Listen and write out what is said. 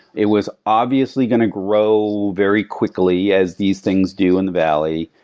it was obviously going to grow very quickly as these things do in the valley.